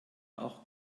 auch